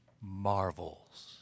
marvels